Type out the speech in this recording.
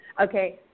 Okay